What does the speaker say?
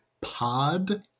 Pod